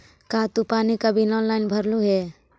का तू पानी का बिल ऑनलाइन भरलू हे